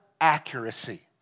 accuracy